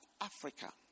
Africa